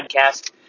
podcast